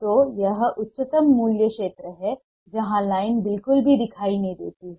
तो यह उच्चतम मूल्य क्षेत्र है जहां लाइन बिल्कुल भी दिखाई नहीं देती है